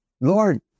Lord